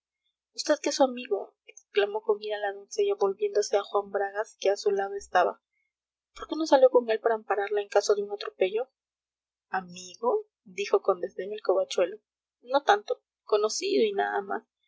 que es su amigo exclamó con ira la doncella volviéndose a juan bragas que a su lado estaba por qué no salió con él para ampararle en caso de un atropello amigo dijo con desdén el covachuelo no tanto conocido y nada más